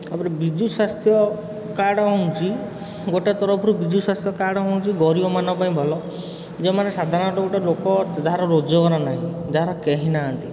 ତା'ପରେ ବିଜୁ ସ୍ୱାସ୍ଥ୍ୟ କାର୍ଡ଼ ହେଉଛି ଗୋଟେ ତରଫରୁ ବିଜୁ ସ୍ୱାସ୍ଥ୍ୟ କାର୍ଡ଼ ହେଉଛି ଗରିବମାନଙ୍କ ପାଉଁ ଭଲ ଯେଉଁମାନେ ସାଧାରଣତଃ ଗୋଟେ ଲୋକ ଯାହାର ରୋଜଗାର ନାହିଁ ଯାହାର କେହି ନାହାନ୍ତି